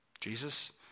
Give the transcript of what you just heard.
Jesus